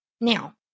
Now